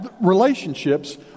Relationships